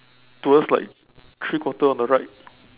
towards like three quarter on the right